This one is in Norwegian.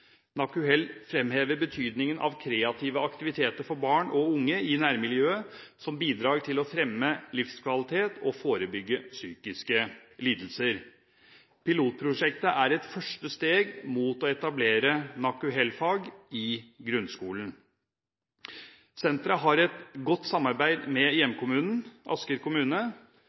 NaKuHel fremhever betydningen av kreative aktiviteter for barn og unge i nærmiljøet som bidrag til å fremme livskvalitet og forebygge psykiske lidelser. Pilotprosjektet er et første steg mot å etablere NaKuHel-fag i grunnskolen. Senteret har et godt samarbeid med hjemkommunen, Asker kommune.